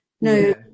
No